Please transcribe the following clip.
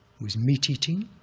was meat-eating.